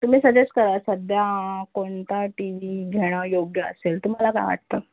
तुम्ही सजेस्ट करा सध्या कोणता टी वी घेणं योग्य असेल तुम्हाला काय वाटतं